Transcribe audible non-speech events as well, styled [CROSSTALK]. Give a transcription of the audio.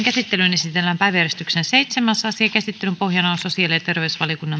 [UNINTELLIGIBLE] käsittelyyn esitellään päiväjärjestyksen seitsemäs asia käsittelyn pohjana on sosiaali ja terveysvaliokunnan